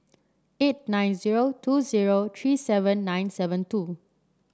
eight nine zero two zero three seven nine seven two